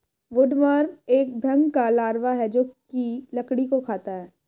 woodworm एक भृंग का लार्वा है जो की लकड़ी को खाता है